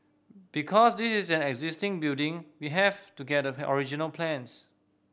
because this is an existing building we have to get the original plans